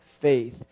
faith